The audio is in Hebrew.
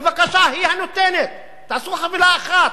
בבקשה, היא הנותנת, תעשו חבילה אחת.